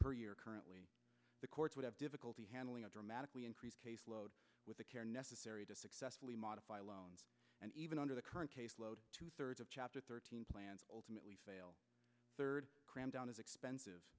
per year currently the courts would have difficulty handling a dramatically increased case load with the care necessary to successfully modify loans and even under the current caseload two thirds of chapter thirteen plans fail third down as expensive